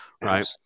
Right